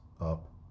up